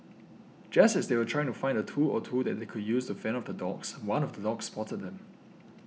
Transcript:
just as they were trying to find a tool or two that they could use to fend off the dogs one of the dogs spotted them